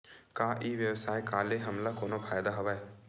का ई व्यवसाय का ले हमला कोनो फ़ायदा हवय?